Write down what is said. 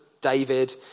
David